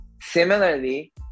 Similarly